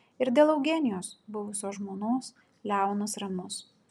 ir dėl eugenijos buvusios žmonos leonas ramus